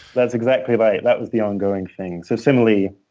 that's exactly right. that was the ongoing thing. so similarly,